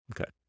Okay